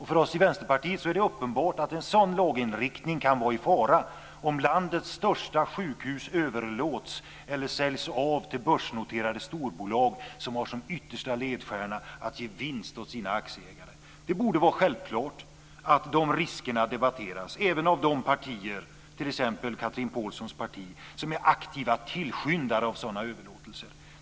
För oss i Vänsterpartiet är det uppenbart att en sådan laginriktning kan vara i fara om landets största sjukhus överlåts eller säljs av till börsnoterade storbolag, som har som yttersta ledstjärna att ge vinst åt sina aktieägare. Det borde vara självklart att de riskerna debatteras, även av de partier, t.ex. Chatrine Pålssons parti, som är aktiva tillskyndare av sådana överlåtelser.